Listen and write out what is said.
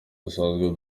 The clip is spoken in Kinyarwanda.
dusanzwe